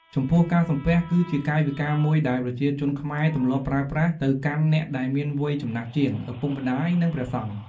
ចំពោះការសំពះ គឺជាកាយវិការមួយដែលប្រជាជនខ្មែរទម្លាប់ប្រើប្រាស់ទៅកាន់អ្នកដែលមានវ័យចំណាស់ជាង ឪពុកម្ដាយ និងព្រះសង្ឃ។